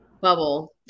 bubble